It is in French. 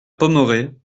pommerais